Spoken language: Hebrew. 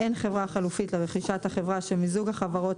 אין חברה חלופית לרכישת החברה שמיזוג החברות